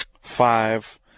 five